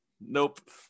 Nope